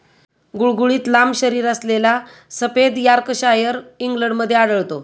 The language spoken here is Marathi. गुळगुळीत लांब शरीरअसलेला सफेद यॉर्कशायर इंग्लंडमध्ये आढळतो